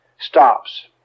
stops